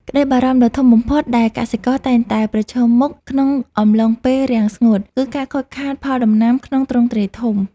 ក្តីបារម្ភដ៏ធំបំផុតដែលកសិករតែងតែប្រឈមមុខក្នុងអំឡុងពេលរាំងស្ងួត គឺការខូចខាតផលដំណាំក្នុងទ្រង់ទ្រាយធំ។